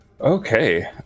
Okay